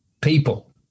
people